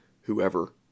whoever